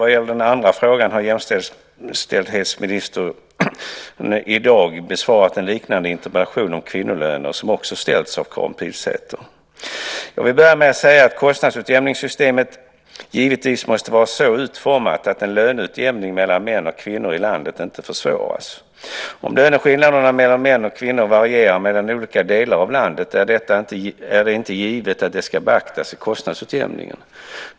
Vad gäller den andra frågan har jämställdhetsministern i dag besvarat en liknande interpellation om kvinnolöner som också ställts av Karin Pilsäter. Jag vill börja med att säga att kostnadsutjämningssystemet givetvis måste vara så utformat att en löneutjämning mellan män och kvinnor i landet inte försvåras. Om löneskillnaderna mellan män och kvinnor varierar mellan olika delar av landet är det inte givet att det ska beaktas i kostnadsutjämningen.